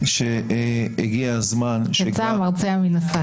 יצא המרצע מן השק.